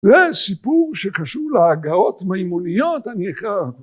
זה סיפור שקשור להגהות מיימוניות אני אקרא